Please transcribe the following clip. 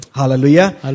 hallelujah